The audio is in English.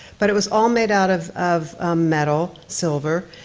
but it was all made out of of metal, silver,